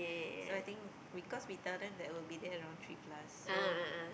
so I think because we tell them that we'll be there around three plus so